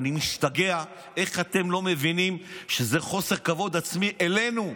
אני משתגע איך אתם לא מבינים שזה חוסר כבוד עצמי אלינו,